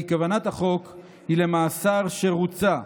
כי כוונת החוק היא למאסר שרוצה,